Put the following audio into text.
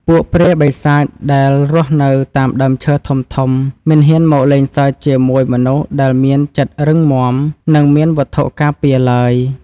ពួកព្រាយបិសាចដែលរស់នៅតាមដើមឈើធំៗមិនហ៊ានមកលេងសើចជាមួយមនុស្សដែលមានចិត្តរឹងមាំនិងមានវត្ថុការពារឡើយ។